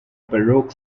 baroque